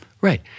Right